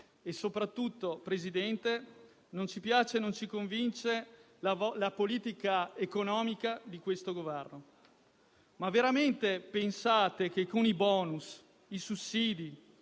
E, soprattutto, Presidente, non ci piace non ci convince la politica economica di questo Governo. Ma veramente pensate che con i bonus, i sussidi,